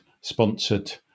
sponsored